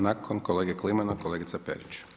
Nakon kolege Klimana, kolegica Perić.